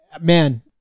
man